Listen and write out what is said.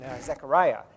Zechariah